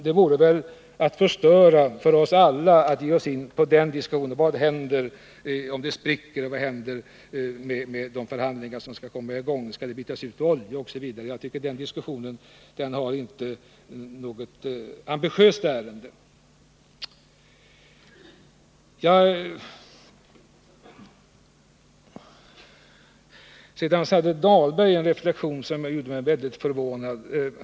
Det vore väl att förstöra för oss alla att ge oss in på en diskussion om vad som händer om det spricker, vad som händer med de förhandlingar som då skall komma i gång, om bolaget skall ersättas med olja, osv. Jag tror att den diskussionen inte har något ambitiöst ärende. Det var en reflexion av Rolf Dahlberg som gjorde mig mycket förvånad.